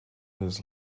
this